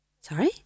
Sorry